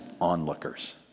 onlookers